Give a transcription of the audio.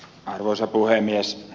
arvoisa puhemies